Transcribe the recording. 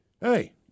Hey